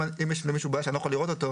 אם יש למישהו בעיה ואני לא יכול לראות אותו,